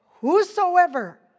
whosoever